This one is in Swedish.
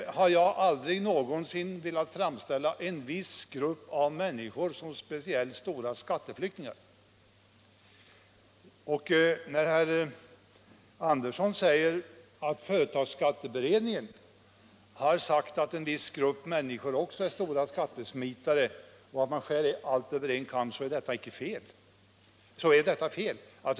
Jag har aldrig någonsin velat framställa en viss grupp av människor som speciellt stora skattesmitare. När herr Andersson i Knäred gör gällande att företagsskatteberedningen skulle ha sagt att en viss grupp människor är stora skattesmitare och att man skär alla över en kam, så är detta fel.